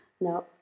No